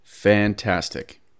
Fantastic